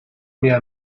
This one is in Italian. mia